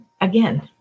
again